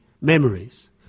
memories